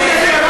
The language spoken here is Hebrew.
הפה שלך מוציא,